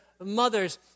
mothers